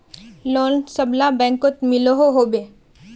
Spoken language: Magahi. लोन सबला बैंकोत मिलोहो होबे?